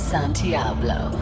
Santiago